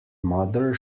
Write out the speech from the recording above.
mother